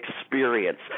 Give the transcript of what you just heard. experience